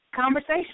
conversation